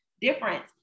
difference